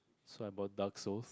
so I bought dark souls